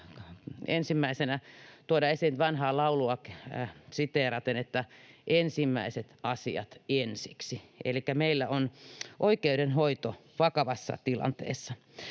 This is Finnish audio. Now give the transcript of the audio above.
ensimmäisenä tuoda esiin, vanhaa laulua siteeraten, että ensimmäiset asiat ensiksi elikkä meillä on oikeudenhoito vakavassa tilanteessa.